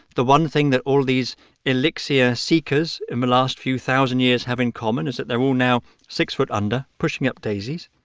the one thing that all these elixir seekers in the last few thousand years have in common is that they're all now six foot under, pushing up daisies.